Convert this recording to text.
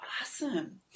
awesome